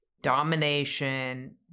domination